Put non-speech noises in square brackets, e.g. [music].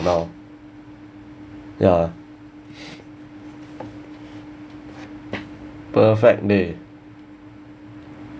now ya [breath] perfect day